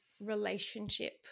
relationship